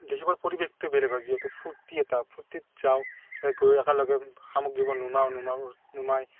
দেখিবলৈ পৰিৱেশটো বেলেগ হয় যিহেতু ফূৰ্তি এটা ফূৰ্তিত যাওঁ গৈ একেলগে